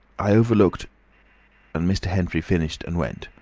i overlooked and mr. henfrey finished and went.